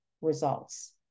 results